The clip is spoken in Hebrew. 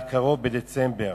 והקרוב, בדצמבר,